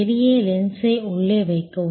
வெளியே லென்ஸை உள்ளே வைக்கவும்